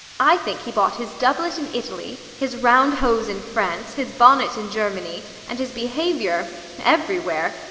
i think he bought his doublet in italy, his round hose in france, his bonnet in germany, and his behaviour everywhere.